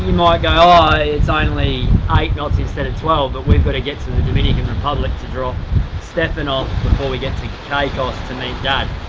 you know go, oh, it's only eight knots instead of twelve, but we've gotta get to the dominican republic to drop stefan off before we get to caicos to meet dad.